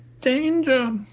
Danger